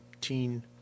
teen